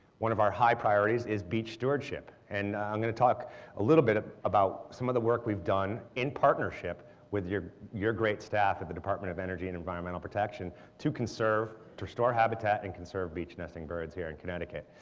one of our high priorities is beach stewardship, and i'm going to talk a little bit ah about some of the work we've done in partnership with your your great staff at the department of energy and environmental protection to conserve, to restore habitat and conserve beach nesting birds here in connecticut.